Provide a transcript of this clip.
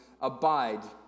abide